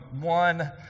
one